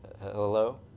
Hello